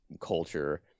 culture